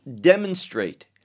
demonstrate